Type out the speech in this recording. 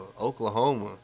Oklahoma